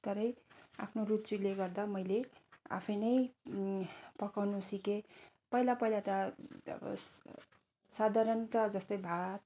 तरै आफ्नो रुचिले गर्दा मैले आफै नै पकाउनु सिकेँ पहिला पहिला साधारणतः जस्तै भात